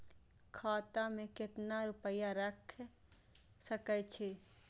खाता में केतना रूपया रैख सके छी?